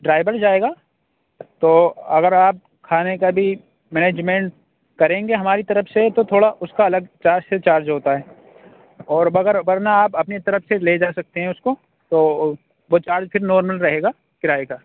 driver جائے گا تو اگر آپ کھانے کا بھی مینیجمنٹ کریں گے ہماری طرف سے تو تھوڑا اُس کا الگ چارج سے چارج ہوتا ہے اور بغیر ورنہ آپ اپنے طرف سے لے جا سکتے ہیں اُس کو تو وہ چارج پھر نارمل رہے گا کرایے کا